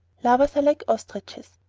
lovers are like ostriches.